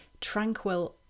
tranquil